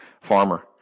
farmer